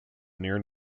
near